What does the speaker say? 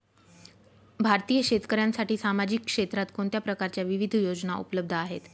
भारतीय शेतकऱ्यांसाठी सामाजिक क्षेत्रात कोणत्या प्रकारच्या विविध योजना उपलब्ध आहेत?